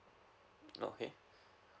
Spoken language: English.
okay